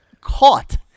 caught